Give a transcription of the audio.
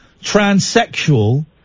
transsexual